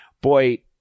boy